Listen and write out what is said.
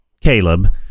Caleb